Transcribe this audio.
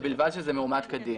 ובלבד שזה מאומת כדין.